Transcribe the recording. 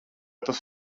tas